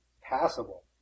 passable